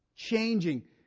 Changing